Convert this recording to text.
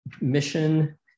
mission